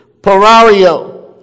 Parario